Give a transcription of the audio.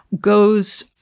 goes